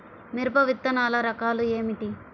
మిరప విత్తనాల రకాలు ఏమిటి?